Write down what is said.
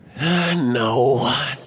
No